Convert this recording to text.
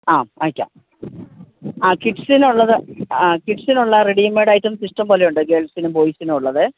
ആ അയക്കാം ആ കിഡ്സിനുള്ളത് ആ കിഡ്സിനുള്ള റെഡിമേഡ് ഐറ്റംസ് ഇഷ്ടംപോലെയുണ്ട് ഗേൾസിനും ബോയ്സിനും ഉള്ളത്